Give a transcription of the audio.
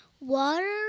water